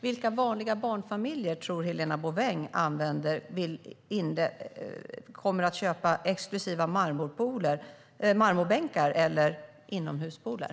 Vilka vanliga barnfamiljer tror Helena Bouveng kommer att köpa exklusiva marmorbänkar eller anlägga inomhuspooler?